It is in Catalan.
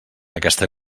aquesta